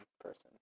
person